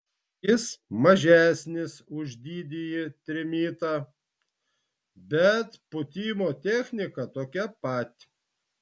jis mažesnis už didįjį trimitą bet pūtimo technika tokia pat